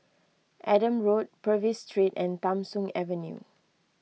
Adam Road Purvis Street and Tham Soong Avenue